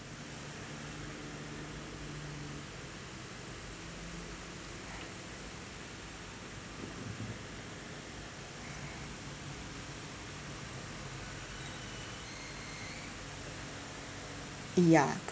yeah